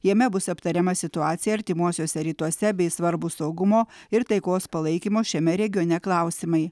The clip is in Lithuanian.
jame bus aptariama situacija artimuosiuose rytuose bei svarbūs saugumo ir taikos palaikymo šiame regione klausimai